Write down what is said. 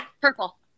Purple